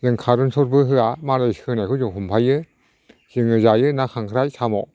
जों कारेन्ट स'टबो होआ मालायनि सोंनायखौ जों हमफायो जोङो जायो ना खांख्राय साम'